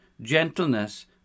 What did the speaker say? gentleness